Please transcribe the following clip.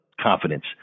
confidence